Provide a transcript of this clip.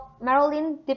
Marilyn